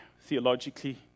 Theologically